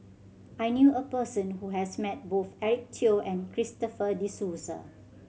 I knew a person who has met both Eric Teo and Christopher De Souza